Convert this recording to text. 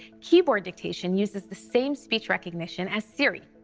keyboard dictation uses the same speech recognition as siri.